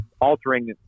altering